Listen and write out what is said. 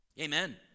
Amen